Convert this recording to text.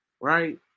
Right